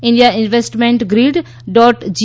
India investment grid dot G